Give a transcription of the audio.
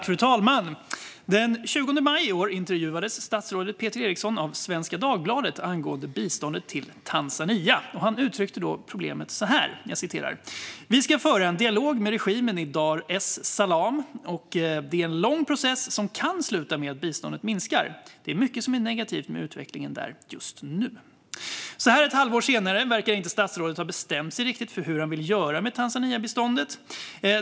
Fru talman! Den 20 maj i år intervjuades statsrådet Peter Eriksson i Svenska Dagbladet angående biståndet till Tanzania. Han uttryckte problemet så här: "Vi ska föra en dialog med regimen i Dar es Salaam. Det är en lång process som kan sluta med att biståndet minskar. Det är mycket som är negativt med utvecklingen just nu." Ett halvår senare verkar statsrådet inte riktigt ha bestämt sig för hur han vill göra med Tanzaniabiståndet.